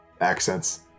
accents